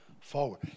forward